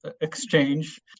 exchange